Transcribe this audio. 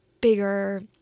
bigger